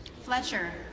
Fletcher